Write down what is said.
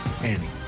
Annie